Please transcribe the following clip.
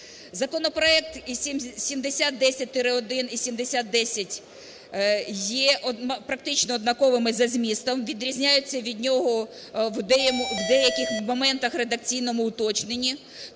Законопроект 7010-1 і 7010 є практично однаковими за змістом, відрізняються від нього в деяких моментах, редакційному уточненні.